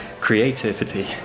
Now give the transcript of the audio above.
creativity